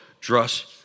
trust